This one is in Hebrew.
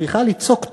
צריכות ליצוק תוכן,